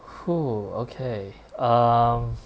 !fuh! okay um